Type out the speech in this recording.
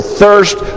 thirst